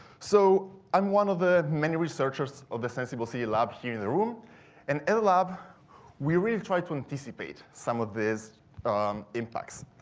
so i'm one of the many researchers of the senseable city lab here in the room and in the lab we really try to anticipate some of these impacts.